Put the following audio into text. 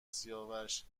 سیاوش